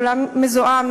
עולם מזוהם,